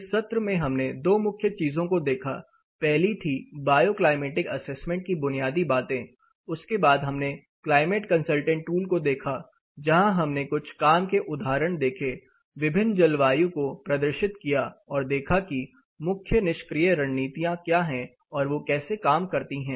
इस सत्र में हमने दो मुख्य चीजों को देखा पहली थी बायोक्लाइमेटिक असेसमेंट की बुनियादी बातें उसके बाद हमने क्लाइमेट कंसलटेंट टूल को देखा जहां हमने कुछ काम के उदाहरण देखें विभिन्न जलवायु को प्रदर्शित किया और देखा कि मुख्य निष्क्रिय रणनीतियां क्या है और वो कैसे काम करती हैं